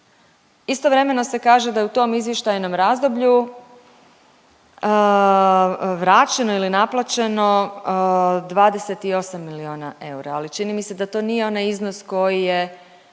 Istovremeno se kaže da je u tom izvještajnom razdoblju vraćeno ili naplaćeno 28 milijuna eura, ali čini mi se da to nije onaj iznos koji je